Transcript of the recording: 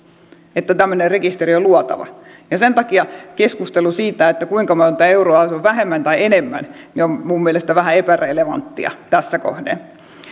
että tämmöinen rekisteri on luotava sen takia keskustelu siitä kuinka monta euroa se on vähemmän tai enemmän on minun mielestäni vähän epärelevanttia tässä kohden